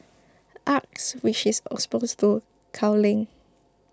acres which is opposed to culling